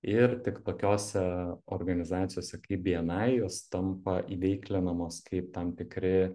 ir tik tokiose organizacijose kaip bni jos tampa įveiklinamos kaip tam tikri